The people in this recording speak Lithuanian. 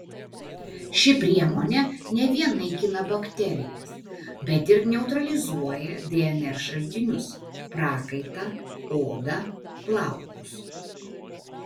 ši priemonė ne vien naikina bakterijas bet ir neutralizuoja dnr šaltinius prakaitą odą plaukus